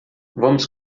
vamos